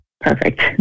perfect